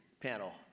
panel